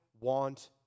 want